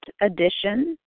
edition